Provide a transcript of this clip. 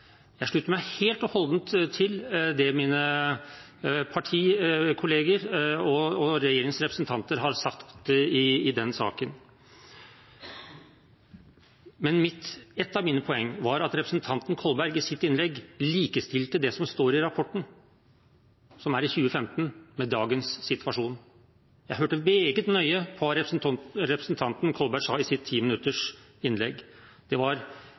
jeg slutter meg helt og holdent til det mine partikolleger og regjeringens representanter har sagt i den saken. Men et av mine poeng var at representanten Kolberg i sitt innlegg likestilte det som står i rapporten, som er om 2015, med dagens situasjon. Jeg hørte meget nøye på hva representanten Kolberg sa i sitt timinuttersinnlegg. Det var